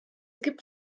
gibt